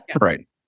Right